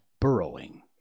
burrowing